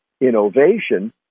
Innovation